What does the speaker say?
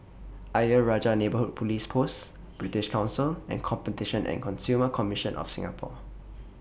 Ayer Rajah Neighbourhood Police Post British Council and Competition and Consumer Commission of Singapore